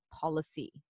policy